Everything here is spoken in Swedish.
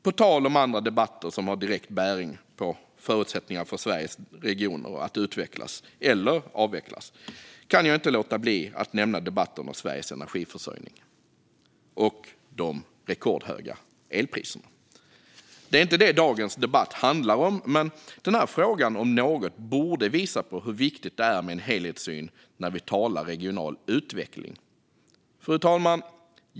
På tal om andra debatter som har direkt bäring på Sveriges regioners förutsättningar att utvecklas - eller avvecklas - kan jag inte låta bli att nämna debatten om Sveriges energiförsörjning och de rekordhöga elpriserna. Det är inte det som dagens debatt handlar om, men denna fråga om någon borde visa på hur viktigt det är med en helhetssyn när vi talar om regional utveckling. Fru talman!